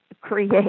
create